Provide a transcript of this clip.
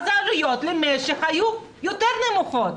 אז העלויות למשק היו יותר נמוכות,